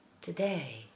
Today